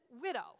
widow